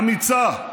אמיצה,